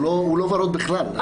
הוא לא וורוד בכלל.